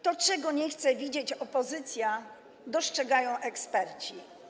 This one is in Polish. To, czego nie chce widzieć opozycja, dostrzegają eksperci.